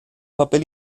papel